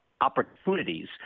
opportunities